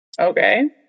Okay